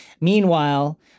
Meanwhile